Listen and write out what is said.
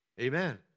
Amen